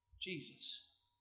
Jesus